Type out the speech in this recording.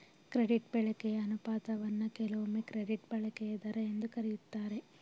credit ಬಳಕೆಯ ಅನುಪಾತವನ್ನ ಕೆಲವೊಮ್ಮೆ ಕ್ರೆಡಿಟ್ ಬಳಕೆಯ ದರ ಎಂದು ಕರೆಯುತ್ತಾರೆ